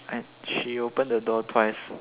right she open the door twice